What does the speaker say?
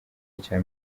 icya